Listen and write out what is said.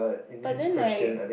but then like